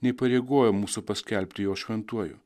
neįpareigoja mūsų paskelbti jo šventuoju